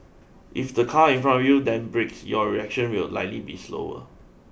if the car in front of you then brakes your reaction will likely be slower